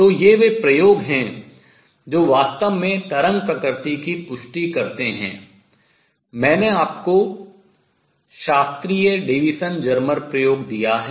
तो ये वे प्रयोग हैं जो वास्तव में तरंग प्रकृति की पुष्टि करते हैं मैंने आपको शास्त्रीय डेविसन जर्मर प्रयोग दिया है